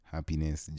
Happiness